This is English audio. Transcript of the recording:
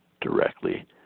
directly